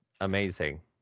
Amazing